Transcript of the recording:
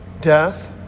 death